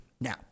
Now